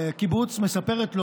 הקיבוץ מספרת לו,